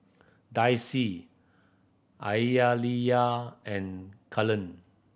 Dicy Aaliyah and Cullen